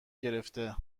گرفته